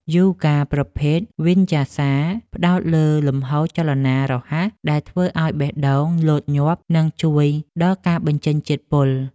យូហ្គាប្រភេទ វីនយ៉ាសា ផ្ដោតលើលំហូរចលនារហ័សដែលធ្វើឱ្យបេះដូងលោតញាប់ និងជួយដល់ការបញ្ចេញជាតិពុល។